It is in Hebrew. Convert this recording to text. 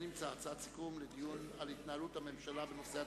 58 בעד, 32